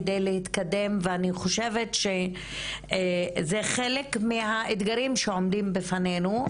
כדי להתקדם ואני חושבת שזה חלק מהאתגרים שעומדים בפנינו,